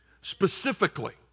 Specifically